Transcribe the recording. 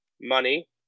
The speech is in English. money